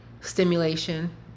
stimulation